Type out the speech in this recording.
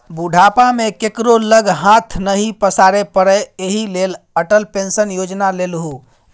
बुढ़ापा मे केकरो लग हाथ नहि पसारै पड़य एहि लेल अटल पेंशन योजना लेलहु